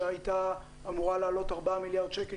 שהייתה אמורה לעלות ארבעה מיליארד שקלים,